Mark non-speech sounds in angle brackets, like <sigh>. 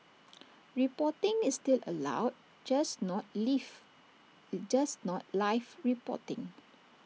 reporting is still allowed just not live <hesitation> just not life reporting